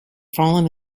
fallen